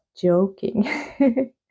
joking